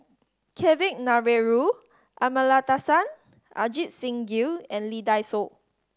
Kavignareru Amallathasan Ajit Singh Gill and Lee Dai Soh